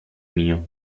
mio